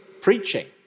preaching